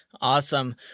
Awesome